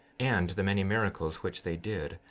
and the many miracles which they did,